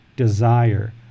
Desire